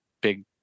big